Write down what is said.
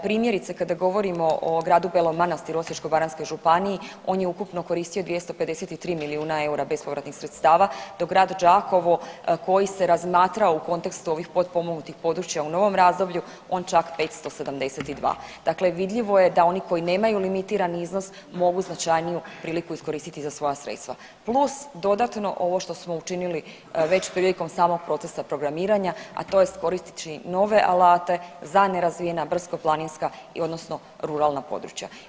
Primjerice kada govorimo o gradu Belom Manastiru u Osječko-Baranjskoj županiji on je ukupno koristio 253 milijuna eura bespovratnih sredstava dok grad Đakovo koji se razmatrao u kontekstu ovih potpomognutih područja u novom razdoblju on čak 572. dakle, vidljivo je da oni koji nemaju limitirani iznos mogu značajniju priliku iskoristiti za svoja sredstva plus dodatno ovo što smo učinili već prilikom samog procesa programiranja, a to jest koristeći nove alate za nerazvijena brdsko-planinska odnosno ruralna područja.